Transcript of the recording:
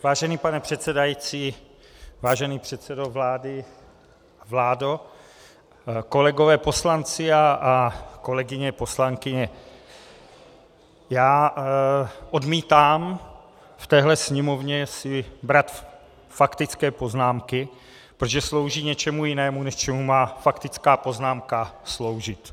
Vážený pane předsedající, vážený předsedo vlády, vládo, kolegové poslanci a kolegyně poslankyně, já odmítám v téhle Sněmovně si brát faktické poznámky, protože slouží něčemu jinému, než čemu má faktická poznámka sloužit.